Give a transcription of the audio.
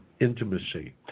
intimacy